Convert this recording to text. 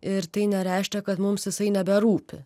ir tai nereiškia kad mums jisai neberūpi